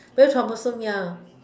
very troublesome ya